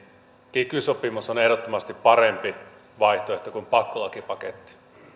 kiky sopimus on ehdottomasti parempi vaihtoehto kuin pakkolakipaketti